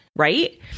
right